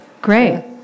Great